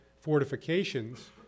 fortifications